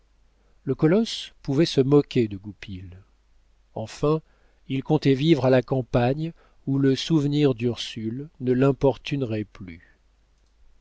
le colosse pouvait se moquer de goupil enfin il comptait vivre à la campagne où le souvenir d'ursule ne l'importunerait plus